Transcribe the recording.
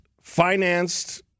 financed